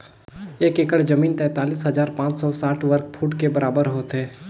एक एकड़ जमीन तैंतालीस हजार पांच सौ साठ वर्ग फुट के बराबर होथे